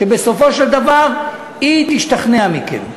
ובסופו של דבר היא תשתכנע מכם.